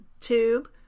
tube